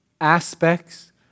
aspects